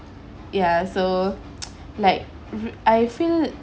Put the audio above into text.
ya so like re~ I feel